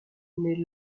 naît